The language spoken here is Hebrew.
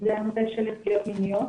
שזה הנושא של ילדי הפנימיות.